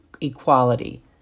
equality